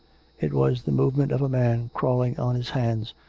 it was the movement of a man crawling on his hands,